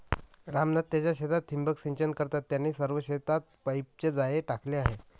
राम नाथ त्यांच्या शेतात ठिबक सिंचन करतात, त्यांनी सर्व शेतात पाईपचे जाळे टाकले आहे